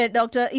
Doctor